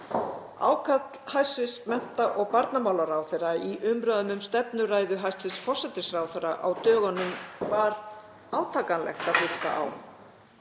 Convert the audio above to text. Ákall hæstv. mennta- og barnamálaráðherra í umræðum um stefnuræðu hæstv. forsætisráðherra á dögunum var átakanlegt að hlusta á.